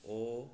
O